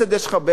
יש לך BMW?